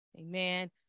Amen